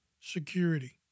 security